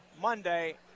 Monday